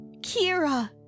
Kira